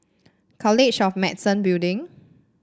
College of Medicine Building